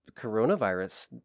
coronavirus